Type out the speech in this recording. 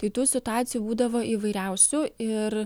tai tų situacijų būdavo įvairiausių ir